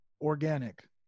organic